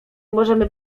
możemy